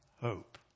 hope